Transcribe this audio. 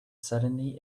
suddenly